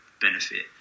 benefit